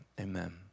Amen